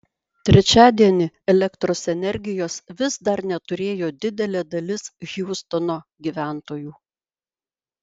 trečiadienį elektros energijos vis dar neturėjo didelė dalis hiūstono gyventojų